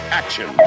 action